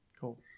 Cool